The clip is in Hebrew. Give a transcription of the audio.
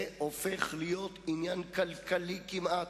זה הופך להיות עניין כלכלי כמעט,